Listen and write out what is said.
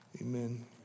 amen